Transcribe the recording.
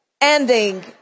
ending